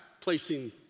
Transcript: placing